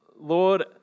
Lord